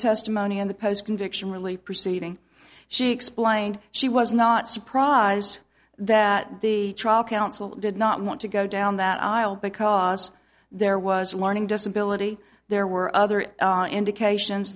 testimony in the post conviction really proceeding she explained she was not surprised that the trial counsel did not want to go down that aisle because there was a learning disability there were other indications